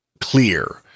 clear